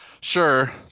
Sure